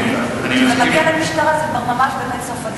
כשזה מגיע למשטרה זה כבר ממש באמת סוף הדרך.